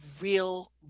real